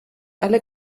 alle